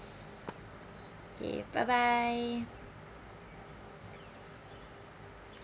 okay bye bye